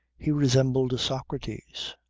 he resembled socrates.